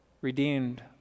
redeemed